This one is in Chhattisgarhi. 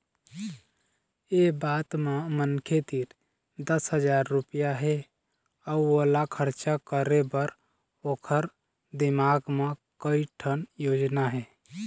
ए बात म मनखे तीर दस हजार रूपिया हे अउ ओला खरचा करे बर ओखर दिमाक म कइ ठन योजना हे